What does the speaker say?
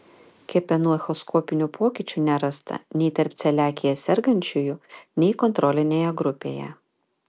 kepenų echoskopinių pokyčių nerasta nei tarp celiakija sergančiųjų nei kontrolinėje grupėje